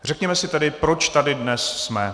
Řekněme si tedy, proč tady dnes jsme.